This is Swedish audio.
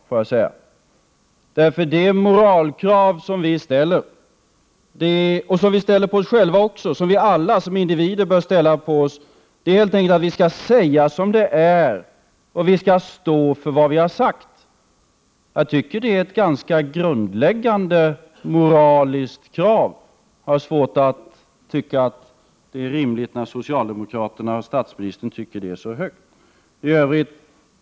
De moraliska krav som vi ställer, och som vi även ställer på oss själva, och som vi alla som individer borde ställa, är att vi skall säga som det är och att vi skall stå för vad vi har sagt. Jag tycker att det är ett ganska grundläggande moraliskt krav. Jag har svårt att tycka att det är rimligt när socialdemokraterna och statsministern tycker att det är så högt.